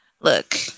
look